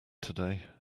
today